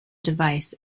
device